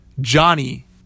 johnny